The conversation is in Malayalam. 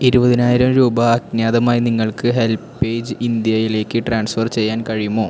ഇരുപതിനായിരം രൂപ അജ്ഞാതമായി നിങ്ങൾക്ക് ഹെൽപ്പ് ഏജ് ഇന്ത്യയിലേക്ക് ട്രാൻസ്ഫർ ചെയ്യാൻ കഴിയുമോ